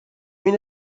اینه